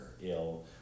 ill